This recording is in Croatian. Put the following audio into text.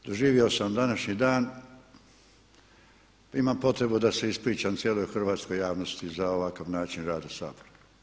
Doživio sam današnji dan, imam potrebu da se ispričam cijeloj hrvatskoj javnosti za ovakav način rada Sabora.